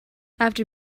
after